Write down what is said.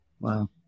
Wow